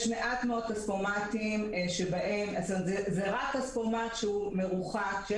יש מעט מאוד כספומטים שהם מרוחקים ולא נדרשים,